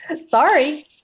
sorry